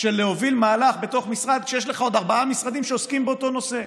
של להוביל מהלך בתוך משרד כשיש לך עוד ארבעה משרדים שעוסקים באותו נושא.